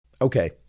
Okay